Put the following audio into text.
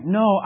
no